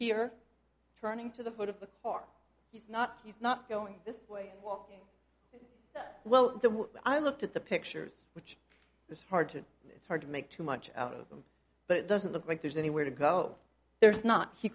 here turning to the foot of the car he's not he's not going this way well the way i looked at the pictures which is hard to it's hard to make too much out of them but it doesn't look like there's anywhere to go there's not he